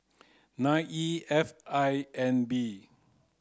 nine E F I N B